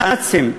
נאציים.